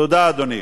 תודה, אדוני.